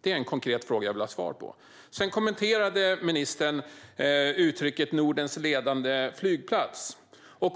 Det är en konkret fråga jag vill ha svar på. Ministern kommenterade uttrycket "Nordens ledande flygplats".